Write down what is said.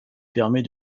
permet